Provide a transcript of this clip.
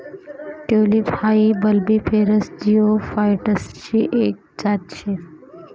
tulip हाई bulbiferous जिओफाइटसची एक जात शे